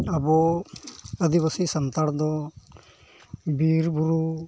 ᱟᱵᱚ ᱟᱹᱫᱤᱵᱟᱹᱥᱤ ᱥᱟᱱᱛᱟᱲ ᱫᱚ ᱵᱤᱨ ᱵᱩᱨᱩ